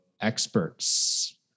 experts